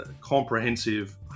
comprehensive